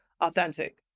authentic